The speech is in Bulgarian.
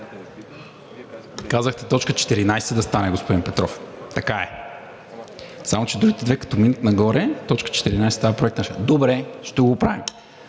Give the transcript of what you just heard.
Казахте т. 14 да стане, господин Петров, така е, само че другите две, като минат нагоре, т. 14 на Проекта… Добре, ще го оправим.